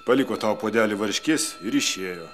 paliko tau puodelį varškės ir išėjo